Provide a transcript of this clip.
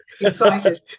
Excited